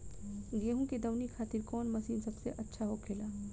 गेहु के दऊनी खातिर कौन मशीन सबसे अच्छा होखेला?